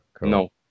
no